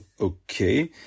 Okay